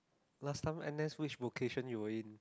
last time n_s which vocation you were in